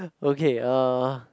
okay uh